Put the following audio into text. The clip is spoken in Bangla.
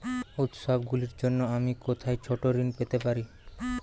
উত্সবগুলির জন্য আমি কোথায় ছোট ঋণ পেতে পারি?